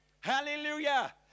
Hallelujah